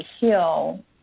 heal